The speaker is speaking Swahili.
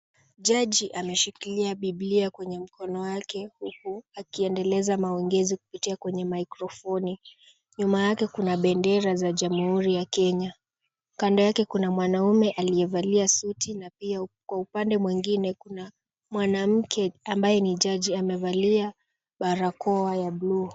Jaji ameshikilia bibilia kwenye mkono wake huku akiendeleza maongelezi kupitia kwenye mikrofoni. Nyuma yake kuna bendera za jamhuri ya Kenya. Kando yake kuna mwanaume aliyevalia suti na pia kwa upande mwingine kuna mwanamke ambaye ni jaji amevalia barakoa ya bluu.